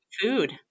food